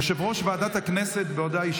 יושב-ראש ועדת הכנסת בהודעה.